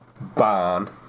barn